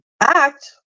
act